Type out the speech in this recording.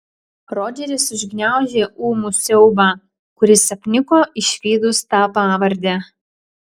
rodžeris užgniaužė ūmų siaubą kuris apniko išvydus tą pavardę